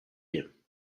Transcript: him